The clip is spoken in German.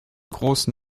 großen